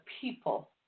people